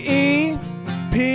ep